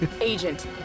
Agent